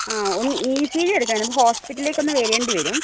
ആ ഒന്ന് E C G എടുക്കാൻ ഹോസ്പിറ്റലിലേക്ക് ഒന്ന് വരേണ്ടി വരും